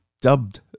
dubbed